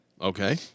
Okay